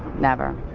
never.